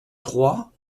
trois